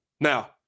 Now